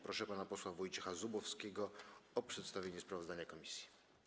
Proszę pana posła Wojciecha Zubowskiego o przedstawienie sprawozdania komisji.